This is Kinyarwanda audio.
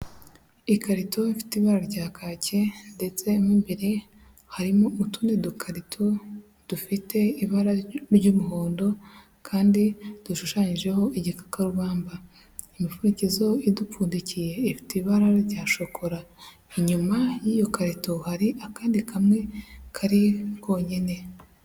Ikarito ifite ibara rya kake ndetse mo imbere harimo utundi dukarito dufite ibara ry'umuhondo kandi dushushanyijeho igikakarubamba, imipfundikizo idupfundikiye ifite ibara rya shokora. Inyuma y'iyo karito hari akandi kamwe kari konyine.